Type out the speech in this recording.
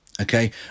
Okay